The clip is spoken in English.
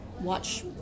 watch